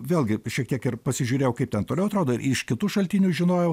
vėlgi šiek tiek ir pasižiūrėjau kaip ten toliau atrodo ir iš kitų šaltinių žinojau